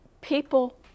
people